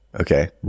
Okay